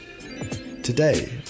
Today